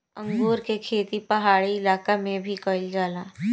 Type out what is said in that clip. अंगूर के खेती पहाड़ी इलाका में भी कईल जाला